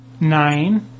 Nine